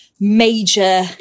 major